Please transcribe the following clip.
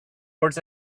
words